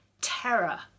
terror